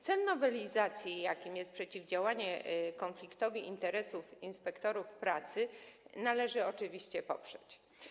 Cel nowelizacji, jakim jest przeciwdziałanie konfliktowi interesów inspektorów pracy, należy oczywiście poprzeć.